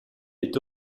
est